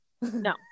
no